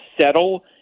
settle